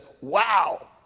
wow